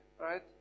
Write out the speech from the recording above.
Right